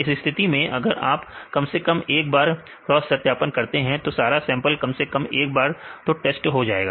इस स्थिति में अगर हम कम से कम एक बार भी क्रॉस सत्यापन करते हैं तो सारा सैंपल कम से कम एक बार तो टेस्ट हो जाएगा